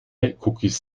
cookies